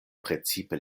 precipe